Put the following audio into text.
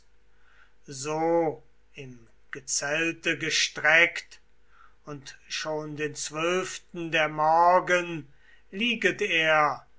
so im gezelte gestreckt und schon den zwölften der morgen lieget er